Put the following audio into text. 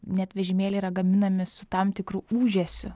net vežimėliai yra gaminami su tam tikru ūžesiu